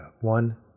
One